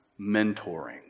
mentoring